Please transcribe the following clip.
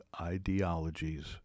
ideologies